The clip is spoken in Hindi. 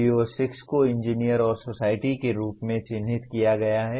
अब PO6 को इंजीनियर और सोसायटी के रूप में चिह्नित किया गया है